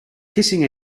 kissing